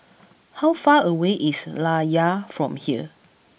how far away is Layar from here